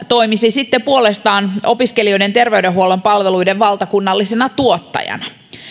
toimisi puolestaan opiskelijoiden terveydenhuollon palveluiden valtakunnallisena tuottajana